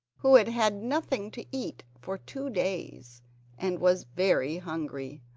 who had had nothing to eat for two days and was very hungry.